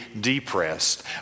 depressed